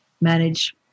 manage